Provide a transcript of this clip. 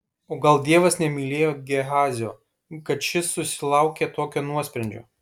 o gal dievas nemylėjo gehazio kad šis susilaukė tokio nuosprendžio